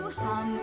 hum